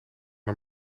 een